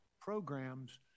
programs